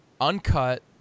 uncut